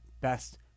best